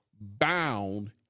bound